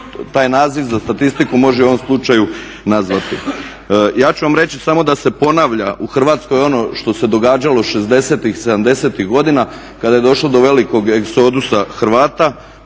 taj naziv za statistiku može u ovom slučaju nazvati. Ja ću vam reći samo da se ponavlja u Hrvatskoj ono što se događalo šezdesetih, sedamdesetih godina kada je došlo do velikog egzodusa Hrvata